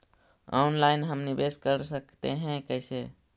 Online हम निवेश कर सकते है, कैसे?